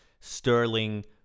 Sterling